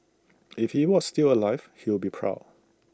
if he was still alive he would be proud